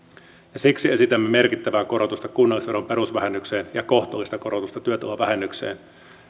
ja siksi esitämme merkittävää korotusta kunnallisveron perusvähennykseen ja kohtuullista korotusta työtulovähennykseen